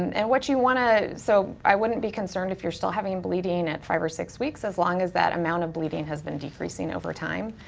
and what you wanna, so i wouldn't be concerned if you're still having bleeding at five or six weeks, as long as that amount of bleeding has been decreasing over time.